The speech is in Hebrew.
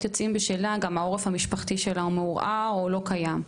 יוצאים בשאלה שגם האופי המשפחתי שלה הוא מעורער ולא קיים,